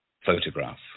photograph